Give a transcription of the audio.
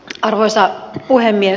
arvoisa puhemies